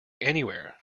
anywhere